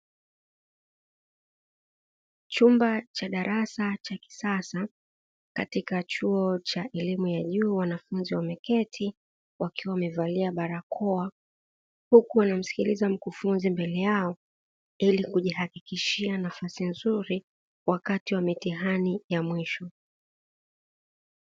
Chumba cha darasa cha kisasa katika chuo cha elimu ya wa juu wanafunzi wameketi wakiwa wamevalia barakoa, huku wanamsikiliza mkufunzi mbele yao ili kujihakikishia nafasi nzuri wakati wa mitihani ya mwisho.